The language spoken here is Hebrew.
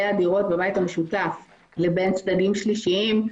הדירות בבית המשותף לבין צדדים שלישיים,